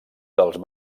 dels